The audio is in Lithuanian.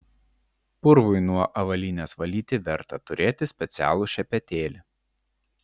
purvui nuo avalynės valyti verta turėti specialų šepetėlį